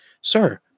Sir